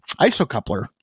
isocoupler